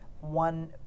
one